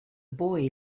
boy